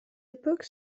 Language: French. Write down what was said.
époque